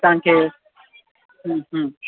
तव्हांखे